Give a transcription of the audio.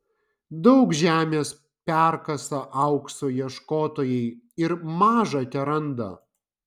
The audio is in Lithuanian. daug žemės perkasa aukso ieškotojai ir maža teranda